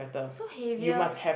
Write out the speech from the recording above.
so heavier